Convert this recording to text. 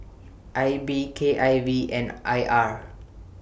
I B K I V and I R